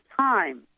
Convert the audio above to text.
time